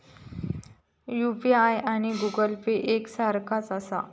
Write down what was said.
UPI आणि Google Pay एक सारख्याच आसा?